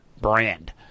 brand